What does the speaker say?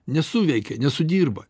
nesuveikia nesudirba